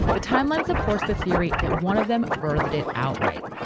the timeline supports the theory that one of them birthed it outright.